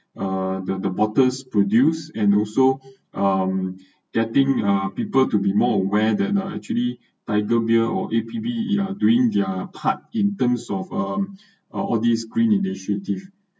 uh the the bottles produced and also um getting uh people to be more aware that are actually tiger beer or A_P_B they are doing their part in terms of um uh all these green initiative